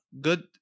good